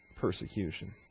Persecution